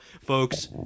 folks